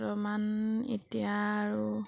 বৰ্তমান এতিয়া আৰু